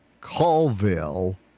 Colville